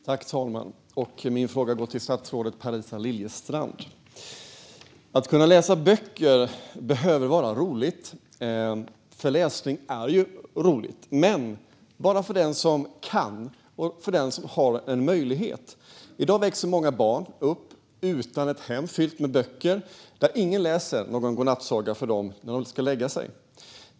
Herr talman! Min fråga går till statsrådet Parisa Liljestrand. Att läsa böcker behöver vara roligt. Läsning är roligt, men bara för den som kan och för den som har möjlighet. I dag växer många barn upp utan ett hem fyllt med böcker, och ingen läser någon godnattsaga för dem när de ska lägga sig.